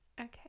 Okay